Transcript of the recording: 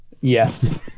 Yes